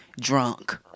drunk